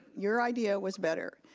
your idea was better.